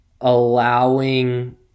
allowing